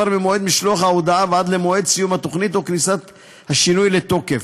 ממועד משלוח ההודעה ועד למועד סיום התוכנית או כניסת השינוי לתוקף,